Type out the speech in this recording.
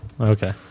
Okay